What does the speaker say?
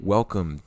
Welcome